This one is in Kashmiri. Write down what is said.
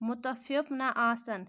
مُتفِف نہٕ آسَن